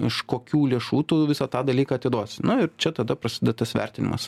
iš kokių lėšų tų visą tą dalyką atiduosi nu ir čia tada prasideda tas vertinimas